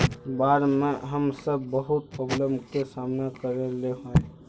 बाढ में हम सब बहुत प्रॉब्लम के सामना करे ले होय है?